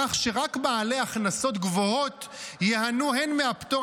כך שרק בעלי הכנסות גבוהות ייהנו הן מהפטור